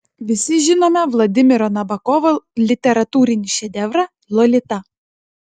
visi žinome vladimiro nabokovo literatūrinį šedevrą lolita